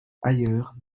ailleurs